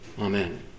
Amen